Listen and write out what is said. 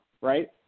right